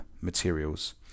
materials